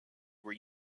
were